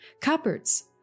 Cupboards